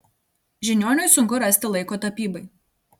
žiniuoniui sunku rasti laiko tapybai